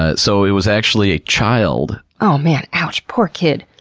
ah so it was actually a child. oh man. ouch. poor kid.